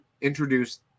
introduce